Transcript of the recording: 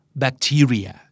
bacteria